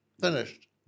finished